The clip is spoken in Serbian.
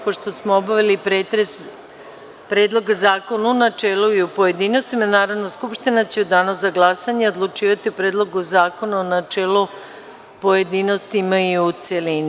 Pošto smo obavili pretres Predloga zakona o u načelu i u pojedinostima, Narodna skupština će u Danu za glasanje odlučivati o Predlogu zakona u načelu, pojedinostima i u celini.